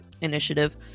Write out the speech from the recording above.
initiative